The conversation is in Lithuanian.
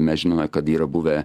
mes žinome kad yra buvę